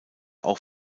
auch